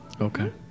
Okay